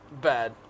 bad